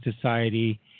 Society